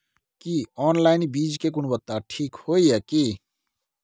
की online बीज के गुणवत्ता ठीक होय ये की?